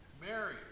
Mary